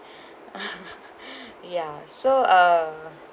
ya so uh